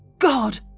god!